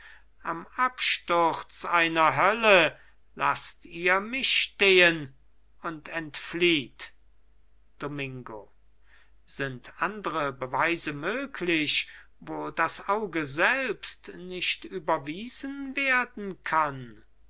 am absturz einer hölle laßt ihr mich stehen und entflieht domingo sind andre beweise möglich wo das auge selbst nicht überwiesen werden kann